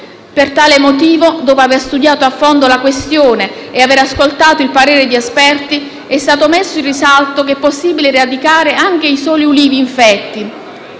Per tale motivo, dopo aver studiato a fondo la questione e aver ascoltato il parere di esperti, è stato messo in risalto che è possibile eradicare anche i soli ulivi infetti,